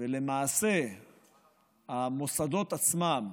ולמעשה המוסדות עצמם,